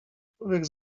człowiek